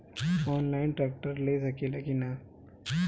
Online tractor ले सकीला कि न?